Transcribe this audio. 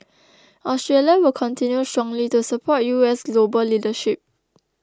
Australia will continue strongly to support U S global leadership